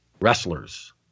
wrestlers